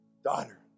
Daughter